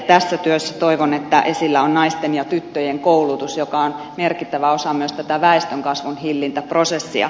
tässä työssä toivon että esillä on naisten ja tyttöjen koulutus joka on merkittävä osa myös tätä väestönkasvun hillintäprosessia